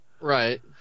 Right